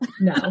no